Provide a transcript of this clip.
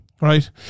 right